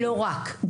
לא רק.